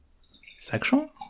Sexual